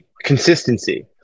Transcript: consistency